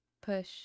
push